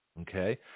Okay